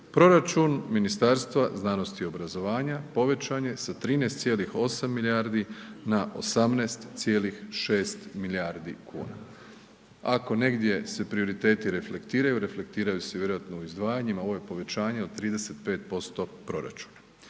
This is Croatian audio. proračun Ministarstva znanosti i obrazovanja povećan je sa 13,8 milijardi na 18,6 milijardi kuna, ako se negdje prioriteti reflektiraju, reflektiraju se vjerojatno u izdvajanjima, ovo je povećanje od 35% proračuna,